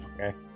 Okay